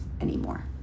anymore